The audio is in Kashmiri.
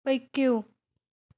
پٔکِو